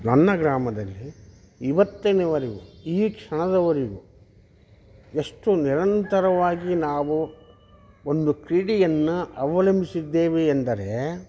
ನನ್ನ ಗ್ರಾಮದಲ್ಲಿ ಇವತ್ತಿನವರಿಗು ಈ ಕ್ಷಣದವರೆಗು ಎಷ್ಟು ನಿರಂತರವಾಗಿ ನಾವು ಒಂದು ಕ್ರೀಡೆಯನ್ನು ಅವಲಂಬಿಸಿದ್ದೇವೆ ಎಂದರೆ